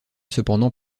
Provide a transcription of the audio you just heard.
cependant